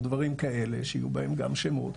או דברים כאלה שיהיו בהם גם שמות,